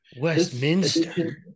Westminster